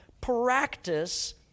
Practice